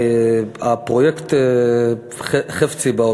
פרויקט חפציב"ה,